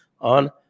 on